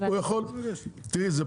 תראי,